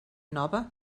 nova